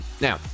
Now